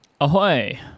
Ahoy